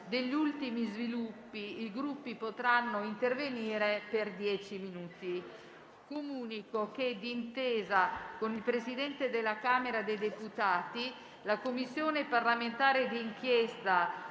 degli ultimi sviluppi. I Gruppi potranno intervenire per dieci minuti. Comunico che, d'intesa con il Presidente della Camera dei deputati, la Commissione parlamentare di inchiesta